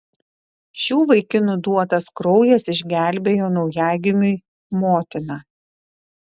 šių vaikinų duotas kraujas išgelbėjo naujagimiui motiną